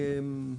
כן.